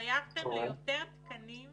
התחייבתם ליותר תקנים